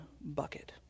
bucket